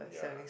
yeah